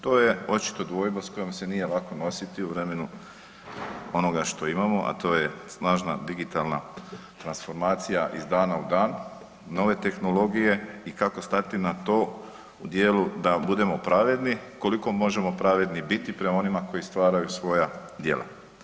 To je očito dvojba s kojom se nije lako nositi u vremenu onoga što imamo, a to je snažna digitalna transformacija iz dana u dan, nove tehnologije i kako stati na to u dijelu da budemo pravedni, koliko možemo pravedni biti prema onima koji stvaraju svoja djela.